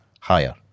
higher